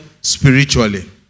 spiritually